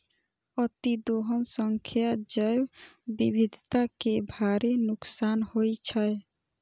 अतिदोहन सं जैव विविधता कें भारी नुकसान होइ छै